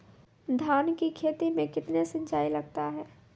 धान की खेती मे कितने सिंचाई लगता है?